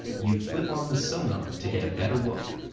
you flip on the sonar to get a better look.